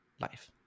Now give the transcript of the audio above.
life